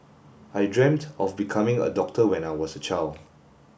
I dreamt of becoming a doctor when I was a child